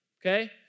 okay